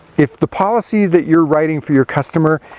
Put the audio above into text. if the policy that you're writing for your customer,